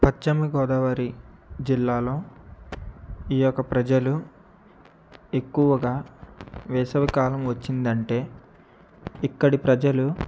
పశ్చిమ గోదావరి జిల్లాలో ఈ యొక్క ప్రజలు ఎక్కువగా వేసవి కాలం వచ్చిందంటే ఇక్కడి ప్రజలు